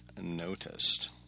noticed